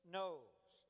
knows